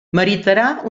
meritarà